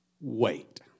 Wait